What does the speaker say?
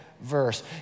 verse